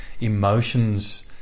emotions